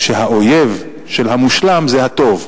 שהאויב של המושלם זה הטוב.